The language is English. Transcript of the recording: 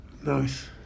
Nice